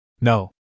No